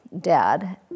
dad